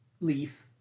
Leaf